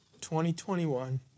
2021